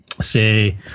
say